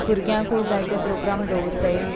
भुरग्यांकूय जाय तें प्रोग्राम दवरताय